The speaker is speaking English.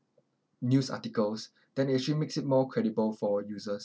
news articles then it actually makes it more credible for users